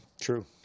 true